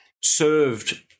served